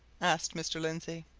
asked mr. lindsey,